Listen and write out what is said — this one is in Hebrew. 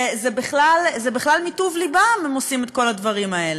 זה בכלל מטוב לבם הם עושים את כל דברים האלה.